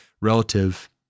relative